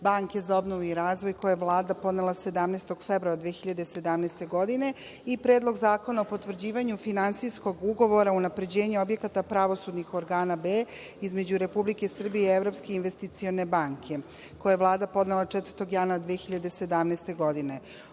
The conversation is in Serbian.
banke za obnovu i razvoj, koji je Vlada podnela 17. februara 2017. godine i Predlog zakona o potvrđivanju Finansijskog ugovora „Unapređenje objekata pravosudnih organa B“ između Republike Srbije i Evropske investicione banke, koji je Vlada podnela 4. januara 2017. godine. Ovaj